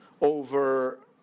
over